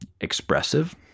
expressive